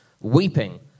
weeping